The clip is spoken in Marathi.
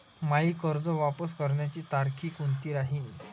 मायी कर्ज वापस करण्याची तारखी कोनती राहीन?